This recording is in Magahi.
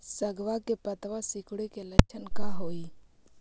सगवा के पत्तवा सिकुड़े के लक्षण का हाई?